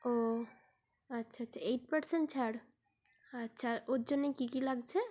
ও আচ্ছা আচ্ছা eight percent ছাড় আচ্ছা আর ওর জন্যে কী কী লাগছে